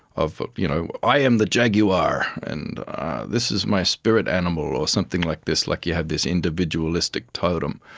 of you know i am the jaguar and this is my spirit animal or something like this, like you have this individualistic totem.